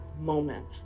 moment